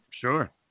Sure